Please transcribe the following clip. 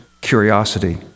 curiosity